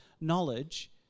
knowledge